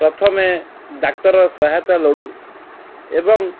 ପ୍ରଥମେ ଡାକ୍ତର ସହାୟତା ଲୋଡ଼ୁ ଏବଂ